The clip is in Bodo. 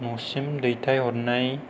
न'सिम दैथाय हरनाय